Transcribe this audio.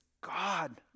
God